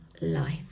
life